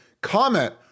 comment